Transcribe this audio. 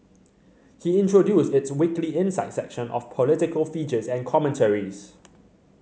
he introduced its weekly Insight section of political features and commentaries